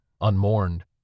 unmourned